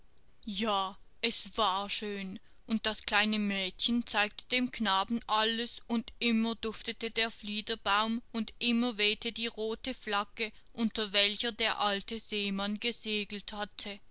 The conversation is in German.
ja es war schön und das kleine mädchen zeigte dem knaben alles und immer duftete der fliederbaum und immer wehte die rote flagge unter welcher der alte seemann gesegelt hatte